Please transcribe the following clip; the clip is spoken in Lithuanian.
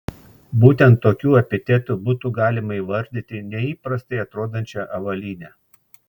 būtent tokiu epitetu būtų galima įvardyti neįprastai atrodančią avalynę